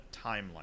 timeline